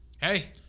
Hey